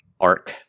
arc